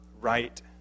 right